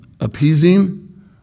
appeasing